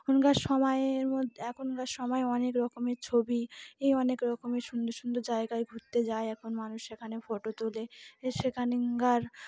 এখনকার সময়ের মধ্যে এখনকার সময় অনেক রকমের ছবি এই অনেক রকমের সুন্দর সুন্দর জায়গায় ঘুরতে যায় এখন মানুষ সেখানে ফটো তুলে এ সেখানকার